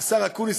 השר אקוניס,